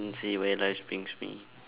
see where life brings me